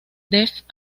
def